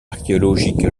archéologique